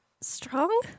Strong